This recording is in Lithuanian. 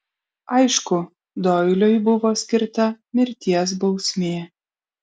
aišku doiliui buvo skirta mirties bausmė